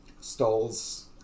stalls